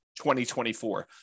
2024